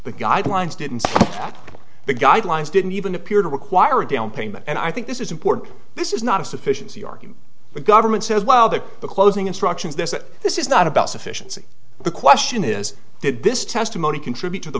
the guidelines didn't say the guidelines didn't even appear to require a downpayment and i think this is important this is not a sufficiency argument the government says well that the closing instructions that this is not about sufficiency the question is did this testimony contribute to the